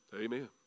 Amen